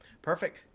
Perfect